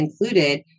included